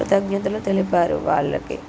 కృతజ్ఞతలు తెలిపారు వాళ్ళకి